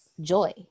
joy